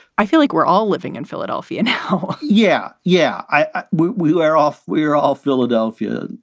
i feel like we're all living in philadelphia now. yeah. yeah, i. we are off. we're all philadelphia.